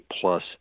plus